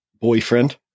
boyfriend